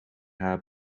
haar